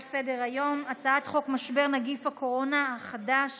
סדר-היום: הצעת חוק משבר נגיף הקורונה החדש